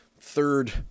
third